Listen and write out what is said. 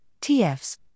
TFs